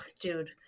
dude